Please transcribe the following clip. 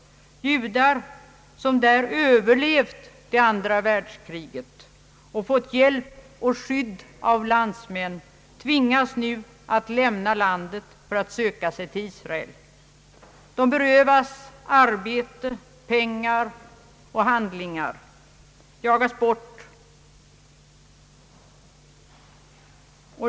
Judar som där överlevt det andra världskriget och fått hjälp och skydd av landsmän tvingas nu att lämna landet för att söka sig till Israel. De berövas arbete, pengar och handlingar samt jagas bort.